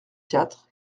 quatre